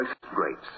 grapes